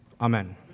Amen